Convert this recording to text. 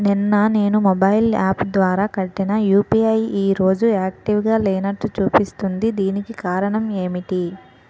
నిన్న నేను mobile app ద్వారా కట్టిన యు.పి.ఐ ఈ రోజు యాక్టివ్ గా లేనట్టు చూపిస్తుంది దీనికి కారణం ఏమిటి?